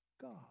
God